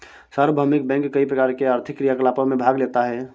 सार्वभौमिक बैंक कई प्रकार के आर्थिक क्रियाकलापों में भाग लेता है